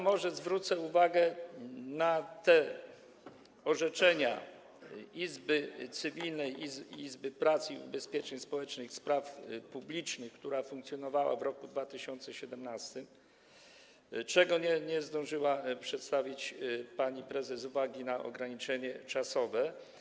Może zwrócę uwagę na te orzeczenia Izby Cywilnej i Izby Pracy, Ubezpieczeń Społecznych i Spraw Publicznych, funkcjonującej w roku 2017, których nie zdążyła przedstawić pani prezes z uwagi na ograniczenie czasowe.